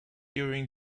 during